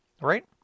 Right